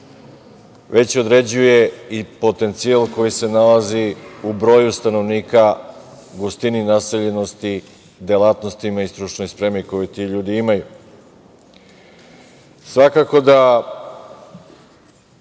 već određuje i potencijal koji se nalazi u broju stanovnika, gustini naseljenosti, delatnostima i stručnoj spremi koju ti ljudi imaju. Svakako da